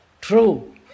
true